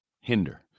Hinder